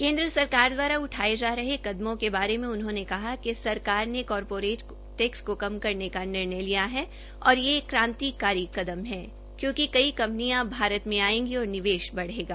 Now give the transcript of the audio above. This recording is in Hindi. केन्द्र सरकार द्वारा उठाये जा हरे कदमों के बारे में उन्होंने कहा कि सरकार ने कारपोरेट को कम करने का निर्णय लिया और यह एक क्रांतिकारी कदम है क्योकि कई कंपनियां अब भारत में आयेगी और निवेश बढ़ेगा